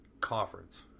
conference